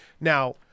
Now